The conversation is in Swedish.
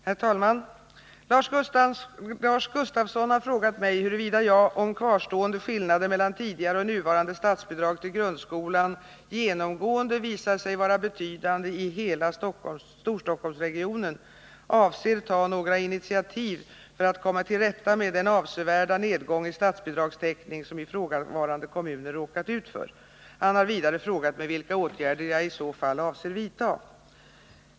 Herr talman! Lars Gustafsson har frågat mig huruvida jag, om kvarstående skillnader mellan tidigare och nuvarande statsbidrag till grundskolan genomgående visar sig vara betydande i hela Storstockholmsregionen, avser ta några initiativ för att komma till rätta med den avsevärda nedgång i statsbidragstäckning som ifrågavarande kommuner råkat ut för. Han har vidare frågat mig vilka åtgärder jag i så fall avser vidta.